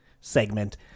segment